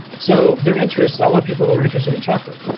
so their interest, i want people who are interested in chocolate,